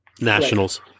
nationals